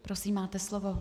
Prosím, máte slovo.